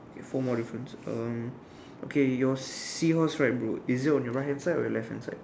ya four more difference um okay your seahorse right bro is it on your right hand side or your left hand side